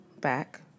back